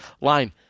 line